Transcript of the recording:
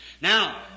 Now